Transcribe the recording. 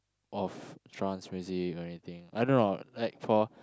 of trance music or anything I don't know like for